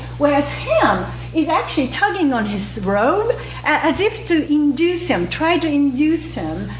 whereas ham is actually tugging on his robe as if to induce him, try to induce him,